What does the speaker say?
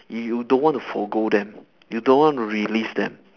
you don't want to forego them you don't want to release them